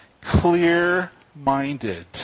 clear-minded